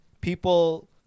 people